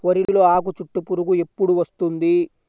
వరిలో ఆకుచుట్టు పురుగు ఎప్పుడు వస్తుంది?